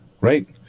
Right